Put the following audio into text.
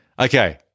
Okay